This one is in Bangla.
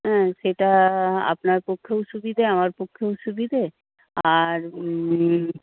হ্যাঁ সেটা আপনার পক্ষেও সুবিধা আমার পক্ষেও সুবিধে আর